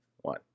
One